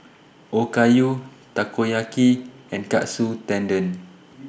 Okayu Takoyaki and Katsu Tendon